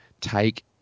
take